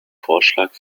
vorschlag